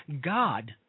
God